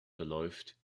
verläuft